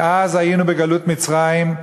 מאז היינו בגלות מצרים,